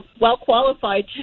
well-qualified